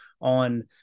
on